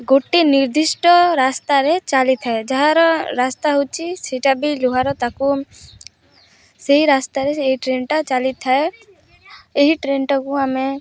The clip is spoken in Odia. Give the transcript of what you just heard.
ଗୋଟେ ନିର୍ଦ୍ଧିଷ୍ଟ ରାସ୍ତାରେ ଚାଲିଥାଏ ଯାହାର ରାସ୍ତା ହେଉଛି ସେଇଟା ବି ଲୁହାର ତାକୁ ସେହି ରାସ୍ତାରେ ସେଇ ଟ୍ରେନ୍ଟା ଚାଲିଥାଏ ଏହି ଟ୍ରେନ୍ଟାକୁ ଆମେ